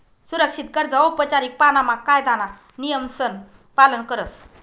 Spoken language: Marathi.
सुरक्षित कर्ज औपचारीक पाणामा कायदाना नियमसन पालन करस